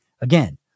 Again